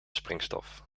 springstof